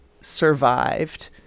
survived